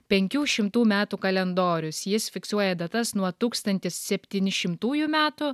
penkių šimtų metų kalendorius jis fiksuoja datas nuo tūkstantis septyni šimtųjų metų